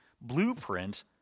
blueprint